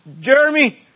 Jeremy